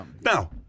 Now